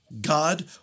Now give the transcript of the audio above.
God